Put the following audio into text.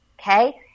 Okay